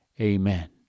amen